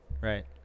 Right